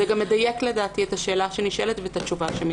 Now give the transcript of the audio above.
זה גם מדייק לדעתי את השאלה שנשאלת ואת התשובה.